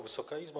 Wysoka Izbo!